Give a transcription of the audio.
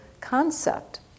concept